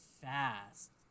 fast